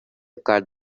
cut